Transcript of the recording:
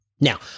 Now